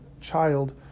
child